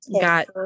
got